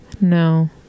No